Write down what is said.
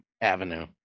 avenue